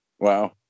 wow